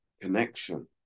connection